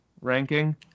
ranking